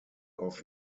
off